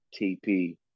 TP